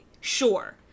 Sure